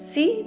See